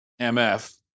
MF